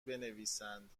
بنویسند